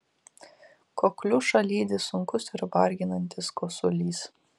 kokliušą lydi sunkus ir varginantis kosulys